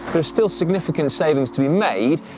there's still significant savings to be made,